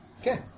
Okay